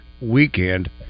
weekend